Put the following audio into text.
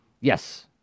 yes